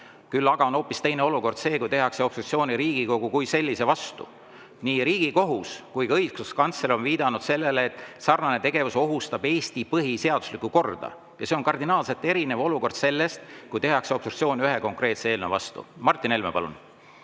Küll aga on hoopis teine olukord see, kus tehakse obstruktsiooni Riigikogu kui sellise vastu. Nii Riigikohus kui ka õiguskantsler on viidanud sellele, et selline tegevus ohustab Eesti põhiseaduslikku korda, ja see on kardinaalselt erinev olukord sellest, kus tehakse obstruktsiooni ühe konkreetse eelnõu vastu. Martin Helme, palun!